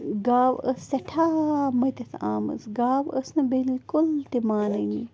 گاو ٲس سٮ۪ٹھاہ مٔتِتھ آمٕژ گاو ٲس نہٕ بِلکُل تہِ مانٲنی